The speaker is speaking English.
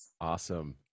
Awesome